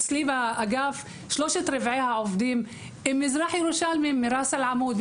אצלי באגף שלושת רבע מהעובדים ממזרח ירושלים ומראס אל עמוד.